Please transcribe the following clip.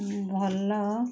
ଭଲ